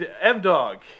M-Dog